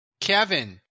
Kevin